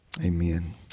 Amen